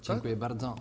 Dziękuję bardzo.